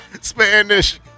Spanish